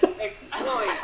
Exploit